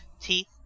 teeth